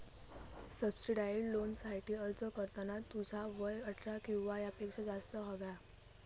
subsidised लोनसाठी अर्ज करताना तुझा वय अठरा किंवा त्यापेक्षा जास्त हव्या